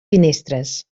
finestres